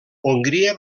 hongria